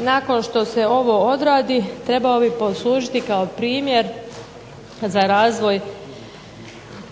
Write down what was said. nakon što se ovo odradi trebao bi poslužiti kao primjer za razvoj